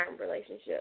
relationship